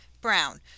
Brown